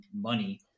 money